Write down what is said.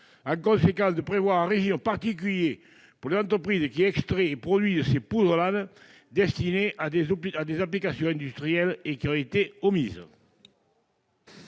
amendement tend à prévoir un régime particulier pour les entreprises qui extraient et produisent ces pouzzolanes destinées à des applications industrielles, qui ont été omises.